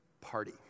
party